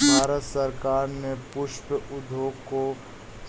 भारत सरकार ने पुष्प उद्योग को